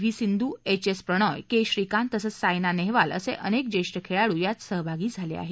V Sindhu H S Prannoy K Srikanth तसंच सायना नेहवाल असे अनेक ज्येष्ठ खेळाडू यात सहभागी झाले आहेत